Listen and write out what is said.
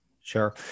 Sure